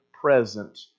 present